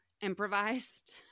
improvised